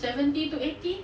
seventy to eighty